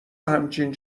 همچین